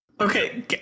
Okay